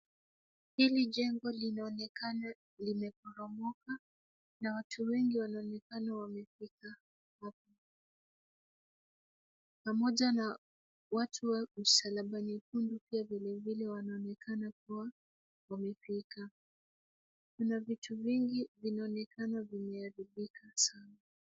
Hili jengo linaonekana limeporomoka na watu wengi wanaonekana wamefika hapa, pamoja na watu wa usalaba nyekundu pia vilevile wanaonekana kuwa wamefika. Kuna vitu vingi vinaonekana vimeharibika sana.